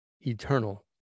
eternal